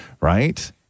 Right